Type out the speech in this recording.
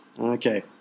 Okay